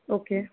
okay